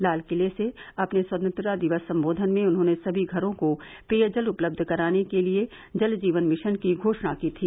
लालकिले से अपने स्वतंत्रता दिवस संबोधन में उन्होंने सभी घरों को पेयजल उपलब्ध कराने के लिए जल जीवन मिशन की घोषणा की थी